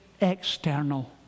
external